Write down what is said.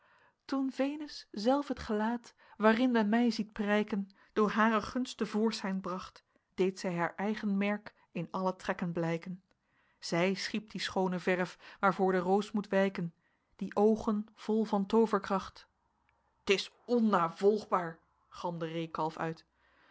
toen venus zelf t gelaat waarin men mij ziet prijken door hare gunst te voorschijn bracht deed zij haar eigen merk in alle trekken blijken zij schiep die schoone verf waarvoor de roos moet wijken die oogen vol van tooverkracht t is onnavolgbaar galmde reekalf uit